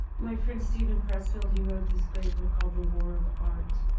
my friend steven pressfield, he wrote this great book called the war of art,